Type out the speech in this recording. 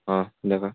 ହଁ ଦେଖ